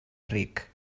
ric